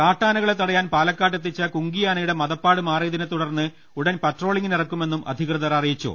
കാട്ടാനകളെ തടയാൻ പാലക്കാട്ട് എത്തിച്ച കുങ്കിയാനയുടെ മദപ്പാട് മാറിയതിനെത്തുടർന്നു ഉടൻ പട്രോളിംഗിന് ഇറക്കുമെന്നും അധികൃതർ അറിയിച്ചു